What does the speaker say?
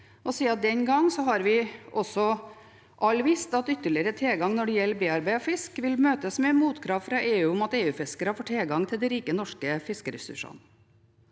og siden den gang har vi alle visst at ytterligere tilgang når det gjelder bearbeidet fisk, vil møtes med motkrav fra EU om at EU-fiskere får tilgang til de rike norske fiskeressursene.